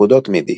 פקודות מידי